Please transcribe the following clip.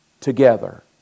together